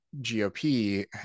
GOP